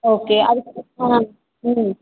okay அதுக்கப் ம்